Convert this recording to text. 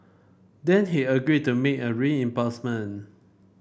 then he agreed to make a reimbursement